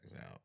out